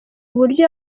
uburyo